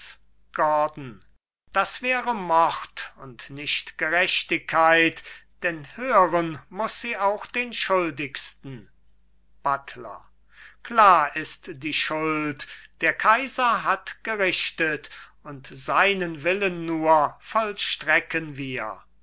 gordon das wäre mord und nicht gerechtigkeit denn hören muß sie auch den schuldigsten buttler klar ist die schuld der kaiser hat gerichtet und seinen willen nur vollstrecken wir